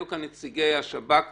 היו כאן נציגי השב"כ ואחרים,